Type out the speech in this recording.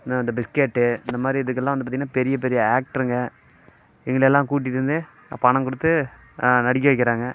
இந்த பிஸ்கெட்டு இந்தமாதிரி இதுக்கெல்லாம் வந்து பார்த்திங்கனா பெரிய பெரிய ஆக்டருங்க இவங்களை எல்லாம் கூட்டிகிட்டு வந்து பணம் கொடுத்து நடிக்க வைக்கிறாங்க